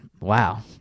Wow